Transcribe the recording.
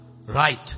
Right